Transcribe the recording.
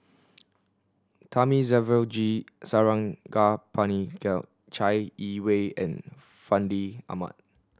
Thamizhavel G Sarangapani Chai Yee Wei and Fandi Ahmad